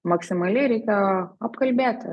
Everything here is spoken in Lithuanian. maksimaliai reika apkalbėti